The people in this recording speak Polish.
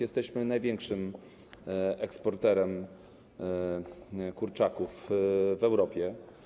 Jesteśmy największym eksporterem kurczaków w Europie.